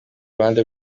ruhande